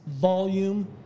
volume